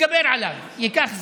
שנתגבר עליו, ייקח זמן.